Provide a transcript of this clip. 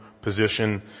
position